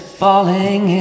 falling